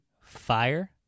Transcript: fire